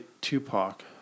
Tupac